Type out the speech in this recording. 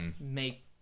make